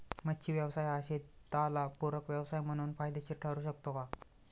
मच्छी व्यवसाय हा शेताला पूरक व्यवसाय म्हणून फायदेशीर ठरु शकतो का?